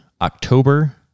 October